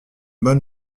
bonne